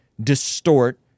distort